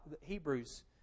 Hebrews